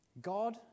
God